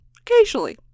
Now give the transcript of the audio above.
occasionally